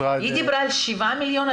היא דיברה על שבעה מיליון,